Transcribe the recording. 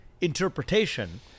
interpretation